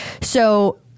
So-